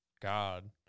god